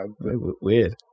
Weird